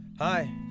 Hi